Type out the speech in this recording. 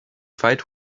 fight